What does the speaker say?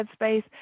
headspace